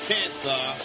Panther